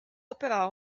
operò